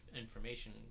information